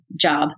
job